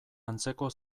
antzeko